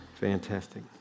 Fantastic